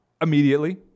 Immediately